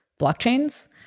blockchains